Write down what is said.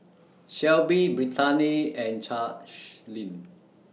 Shelbi Brittaney and Charleen